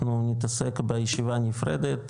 אנחנו נתעסק בישיבה נפרדת,